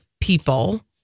people